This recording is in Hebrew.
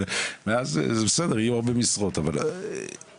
הנחות בארנונה ועוד.